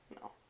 No